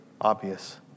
obvious